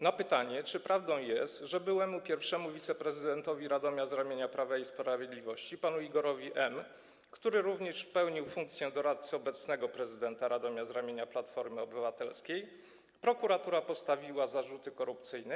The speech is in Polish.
następujące pytania: Czy prawdą jest, że byłemu pierwszemu wiceprezydentowi Radomia z ramienia Prawa i Sprawiedliwości, panu Igorowi M., który również pełnił funkcję doradcy obecnego prezydenta Radomia z ramienia Platformy Obywatelskiej, prokuratura postawiła zarzuty korupcyjne?